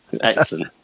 Excellent